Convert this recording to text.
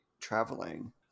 traveling